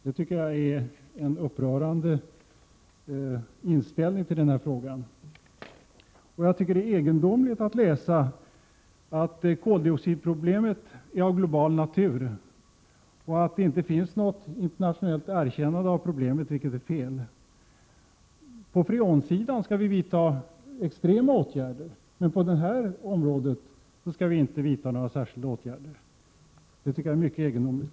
Det är en upprörande inställning till denna fråga. Det är egendomligt att man i s-reservationen får läsa att koldioxidproblemet är av global natur och att det inte finns något internationellt erkännande av problemet, vilket är fel. När det gäller freon skall vi vidta extrema åtgärder, men på detta område skall vi inte vidta några särskilda åtgärder. Det tycker jag är mycket egendomligt.